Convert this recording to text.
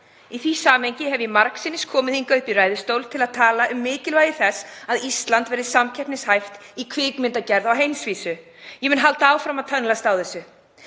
Í því samhengi hef ég margsinnis komið hingað upp í ræðustól til að tala um mikilvægi þess að Ísland verði samkeppnishæft í kvikmyndagerð á heimsvísu og mun halda áfram að tönnlast á því.